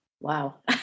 wow